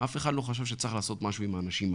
אף אחד לא חשב שצריך לעשות משהו עם האנשים האלה.